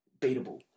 beatable